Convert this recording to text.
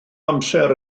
amser